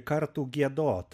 kartų giedot